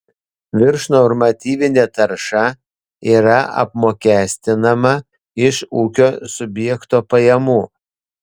viršnormatyvinė tarša yra apmokestinama iš ūkio subjekto pajamų